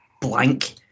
blank